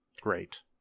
Great